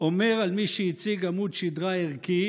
אומר על מי שהציג עמוד שדרה ערכי: